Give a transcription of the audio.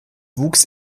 wuchs